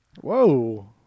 whoa